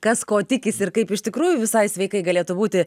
kas ko tikisi ir kaip iš tikrųjų visai sveikai galėtų būti